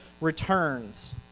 returns